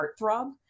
heartthrob